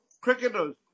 cricketers